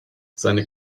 seine